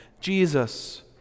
Jesus